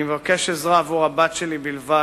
אני מבקש עזרה עבור הבת שלי בלבד.